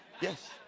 Yes